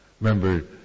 Remember